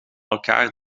elkaar